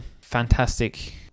fantastic